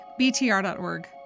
BTR.org